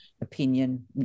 opinion